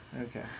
Okay